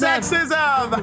Sexism